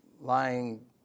lying